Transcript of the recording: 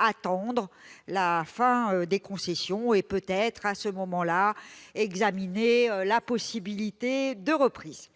attendre la fin des concessions ; peut-être, à ce moment-là, pourrons-nous examiner la possibilité d'une reprise.